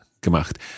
gemacht